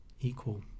equal